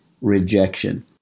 rejection